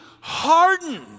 hardened